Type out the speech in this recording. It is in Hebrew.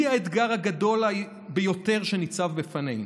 היא האתגר הגדול ביותר שניצב בפנינו.